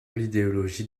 l’idéologie